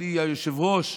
אדוני היושב-ראש,